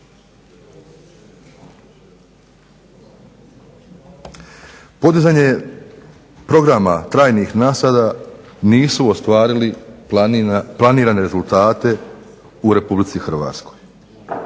Podizanje programa trajnih nasada nisu ostvarili planirane rezultate u RH.